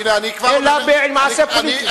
אלא במעשה פוליטי.